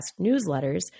newsletters